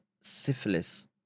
syphilis